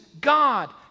God